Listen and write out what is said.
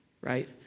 right